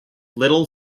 little